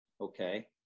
Okay